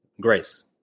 grace